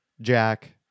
Jack